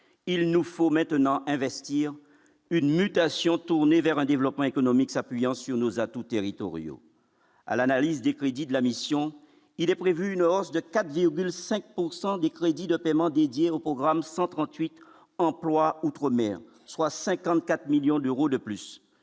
il nous faut maintenant investir une mutation tournés vers un développement économique, s'appuyant sur nos atouts territoriaux à l'analyse des crédits de la mission, il est prévu une hausse de 4,5 pourcent des crédits de paiement dédiée au programme 138 emplois outre- mer, soit 54 millions d'euros de plus,